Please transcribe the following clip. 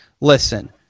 listen